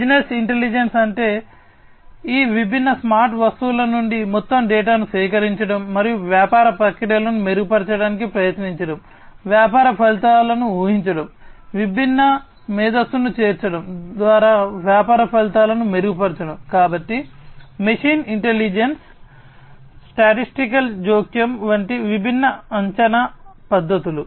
business intelligence వంటి విభిన్న అంచనా పద్ధతులు